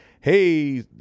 hey